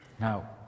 Now